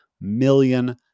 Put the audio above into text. million